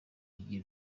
iyi